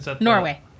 Norway